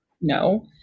no